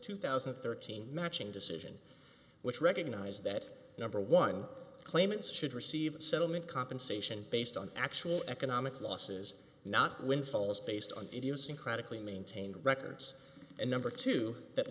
two thousand and thirteen matching decision which recognize that number one claimants should receive settlement compensation based on actual economic losses not windfalls based on idiosyncratically maintained records and number two that